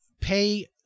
pay